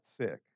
sick